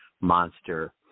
monster